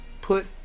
put